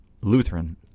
lutheran